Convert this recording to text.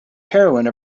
heroine